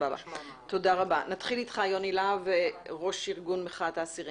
נתחיל אתך, יוני להב, ראש ארגון מחאת האסירים.